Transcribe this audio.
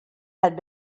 had